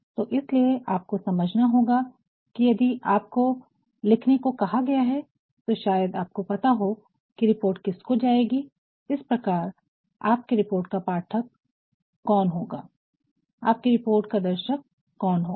तो इसलिए आपको समझना होगा कि यदि आपको लिखने को कहा गया है तो शायद आपको पता हो कि रिपोर्ट किसको जाएगी इस प्रकार आपके रिपोर्ट का पाठक कौन होगा आपकी रिपोर्ट का दर्शक कौन होगा